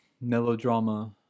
melodrama